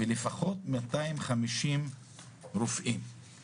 ולפחות מאתיים חמישים רופאים,